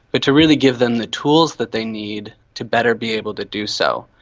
but to really give them the tools that they need to better be able to do so,